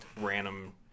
random